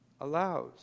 allows